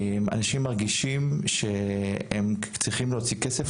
אנשים מרגישים שהם צריכים להוציא כסף